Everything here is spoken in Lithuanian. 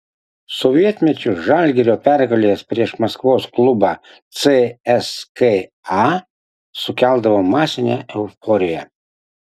sovietmečiu žalgirio pergalės prieš maskvos klubą cska sukeldavo masinę euforiją